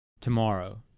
tomorrow